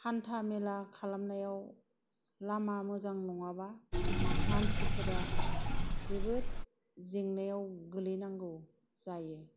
हान्था मेला खालामनायाव लामा मोजां नङाबा मानसिफोरा जोबोद जेंनायाव गोलैनांगौ जायो